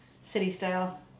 city-style